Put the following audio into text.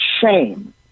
Shame